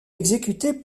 exécuté